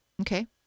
Okay